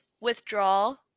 Withdrawal